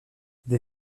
des